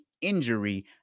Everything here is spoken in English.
Injury